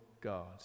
God